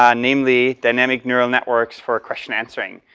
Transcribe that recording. um namely, dynamic neural networks for question answering.